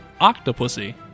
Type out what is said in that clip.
Octopussy